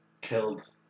killed